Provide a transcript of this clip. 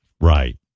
Right